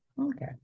Okay